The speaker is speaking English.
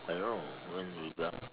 I don't know won't rebel